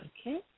Okay